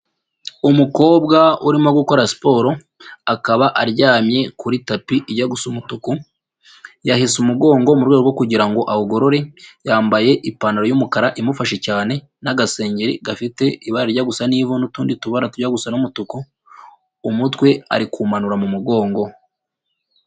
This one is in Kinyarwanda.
Umukobwa urimo gukora siporo akaba aryamye kuri tapi ijya gusa umutuku, yahese umugongo mu rwego rwo kugira ngo awugorore, yambaye ipantaro y'umukara imufashe cyane n'agasengeri gafite ibara rijya gusa n'ivu n'utundi tubara tujya gusa n'umutuku, umutwe ari kuwumanura mu mugongo.